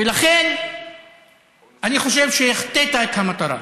ולכן אני חושב שהחטאת את המטרה.